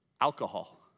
alcohol